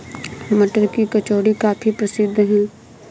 मटर की कचौड़ी काफी प्रसिद्ध है